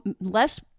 less